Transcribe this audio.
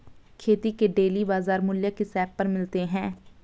खेती के डेली बाज़ार मूल्य किस ऐप पर मिलते हैं?